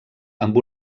amb